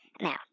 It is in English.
Now